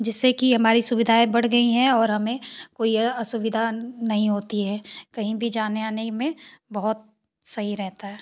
जिससे कि हमारी सुविधायें बढ़ गई है और हमें कोई असुविधा नहीं होती है कही भी जाने आने में बहुत सही रहता है